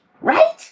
right